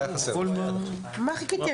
מה חיכית?